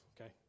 Okay